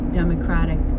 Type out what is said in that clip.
democratic